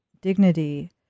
dignity